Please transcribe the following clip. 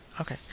okay